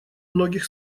многих